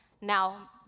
Now